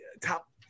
top